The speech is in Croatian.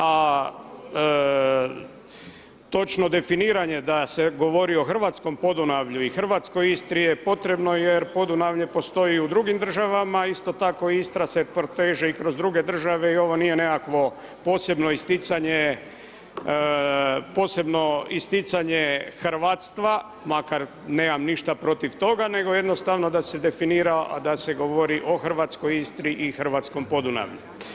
A točno definiranje da se govori o hrvatskom Podunavlju i hrvatskoj Istri je potrebno jer Podunavlje postoji i u drugim državama, isto tako, Istra se proteže i kroz druge države i ovo nije nekakvo posebno isticanje hrvatstva, makar nemam ništa protiv toga, nego jednostavno da se definira, da se govori o hrvatskoj Istri i hrvatskom Podunavlju.